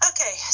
Okay